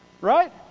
Right